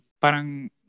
parang